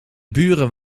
buren